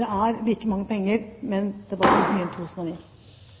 Det er like mange penger, men det var mer i 2009.